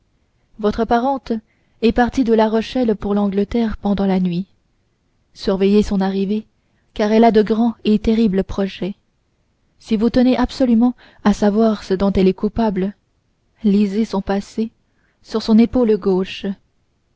votre parente est partie de la rochelle pour l'angleterre pendant la nuit surveillez son arrivée car elle a de grands et terribles projets si vous tenez absolument à savoir ce dont elle est capable lisez son passé sur son épaule gauche